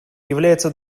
является